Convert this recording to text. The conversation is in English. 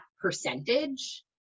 percentage